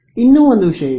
ಇನ್ನೂ ಒಂದು ವಿಷಯ ಇದೆ